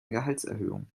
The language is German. gehaltserhöhung